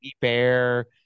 Bear